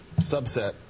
subset